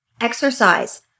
Exercise